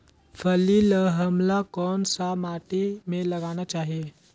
फल्ली ल हमला कौन सा माटी मे लगाना चाही?